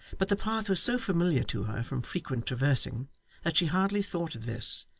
but the path was so familiar to her from frequent traversing that she hardly thought of this,